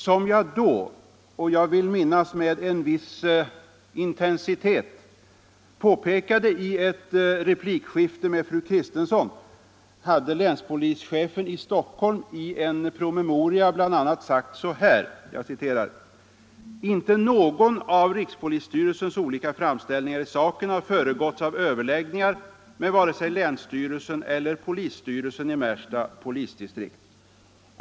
Som jag då — jag vill minnas med en en viss intensitet —- påpekade i ett replikskifte med fru Kristensson hade länspolischefen i Stockholm i en promemoria bl.a. sagt så här: ”Inte någon av rikspolisstyrelsens olika framställningar i saken har föregåtts av överläggningar med vare sig länsstyrelsen eller polisstyrelsen i Märsta polisdistrikt.